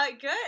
good